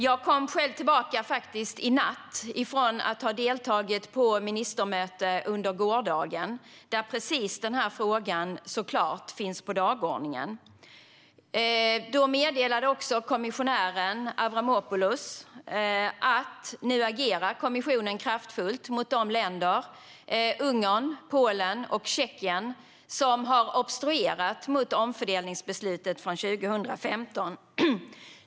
Jag kom för övrigt tillbaka i natt efter att ha deltagit i ett ministermöte under gårdagen. Där fanns såklart just den här frågan på dagordningen. Kommissionär Avramopoulos meddelade att kommissionen nu agerar kraftfullt mot de länder - Ungern, Polen och Tjeckien - som har obstruerat mot omfördelningsbeslutet från 2015.